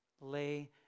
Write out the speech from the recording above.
lay